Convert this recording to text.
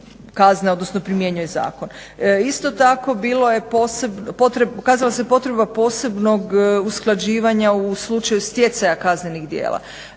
odnosno primjenjuje zakon. Isto tako ukazala se potreba posebnog usklađivanja u slučaju stjecaja kaznenih djela.